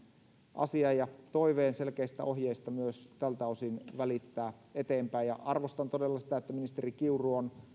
asian ja toiveen selkeistä ohjeista myös tältä osin välittää eteenpäin arvostan todella sitä että ministeri kiuru on